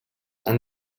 han